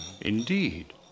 Indeed